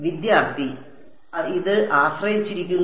വിദ്യാർത്ഥി ഇത് ആശ്രയിച്ചിരിക്കുന്നു